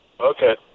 Okay